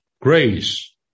Grace